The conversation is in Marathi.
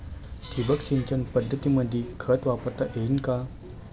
ठिबक सिंचन पद्धतीमंदी खत वापरता येईन का?